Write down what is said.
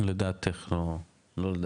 לדעתך, לא לדעתי.